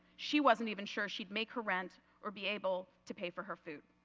she wasn't even sure she would make her rent or be able to pay for her food.